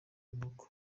inkoko